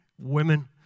women